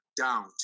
down